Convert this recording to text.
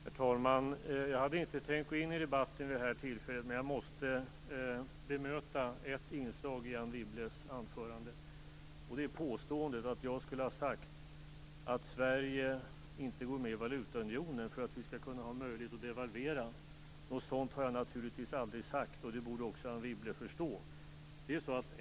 Herr talman! Jag hade inte tänkt att gå in i debatten nu, men jag måste bemöta ett inslag i Anne Wibbles anförande. Det är påståendet är jag skulle ha sagt att Sverige inte går med i valutaunionen därför att vi skall kunna ha möjlighet att devalvera. Något sådant har jag naturligtvis aldrig sagt. Det borde också Anne Wibble förstå.